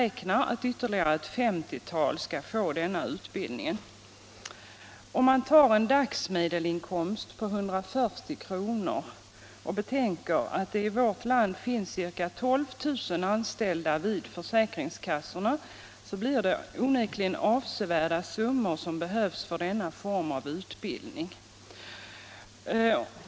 Utgår man från en dagsmedelinkomst på 140 kr. och räknar med att det i vårt land finns ca 12 000 anställda vid försäkringskassorna, finner man att det onekligen behövs avsevärda summor för denna form av utbildning.